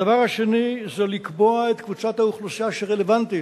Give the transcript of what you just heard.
הדבר השני זה לקבוע את קבוצת האוכלוסייה שרלוונטית,